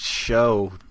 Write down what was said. show